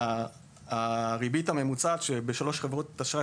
בזמן שהריבית הממוצעת בשלוש חברות אשראי